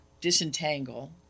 disentangle